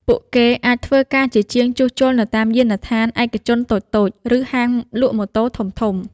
ពួកគេអាចធ្វើការជាជាងជួសជុលនៅតាមយានដ្ឋានឯកជនតូចៗឬហាងលក់ម៉ូតូធំៗ។